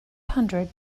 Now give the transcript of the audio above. hundred